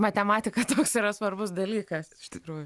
matematika toks yra svarbus dalykas iš tikrųjų